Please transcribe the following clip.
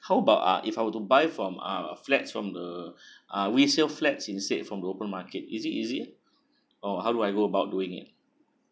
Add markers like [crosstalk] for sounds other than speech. how about uh if I were to buy from uh flats from the [breath] uh resale flats instead from open market is it easy or how do I go about doing it